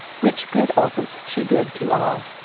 which good office she did to all.